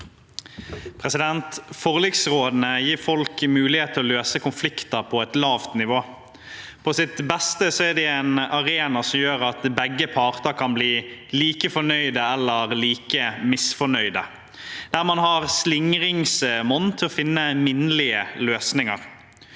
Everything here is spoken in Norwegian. Forliks- rådene gir folk mulighet til å løse konflikter på et lavt nivå. På sitt beste er de en arena som gjør at begge parter kan bli like fornøyd eller like misfornøyd, der man har slingringsmonn til å finne minnelige løsninger.